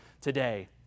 today